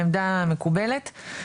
העמדה מקובלת,